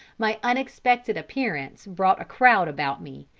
my unexpected appearance brought a crowd about me,